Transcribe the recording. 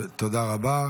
תודה רבה.